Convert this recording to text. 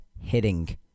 hitting